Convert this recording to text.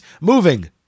moving